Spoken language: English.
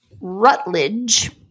Rutledge